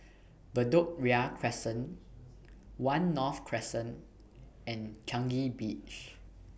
Bedok Ria Crescent one North Crescent and Changi Beach